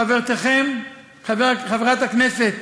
חברתכם חברת הכנסת,